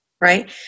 Right